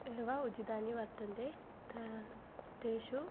एव उचितानि वर्तन्ते ते तेषु